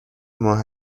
ماه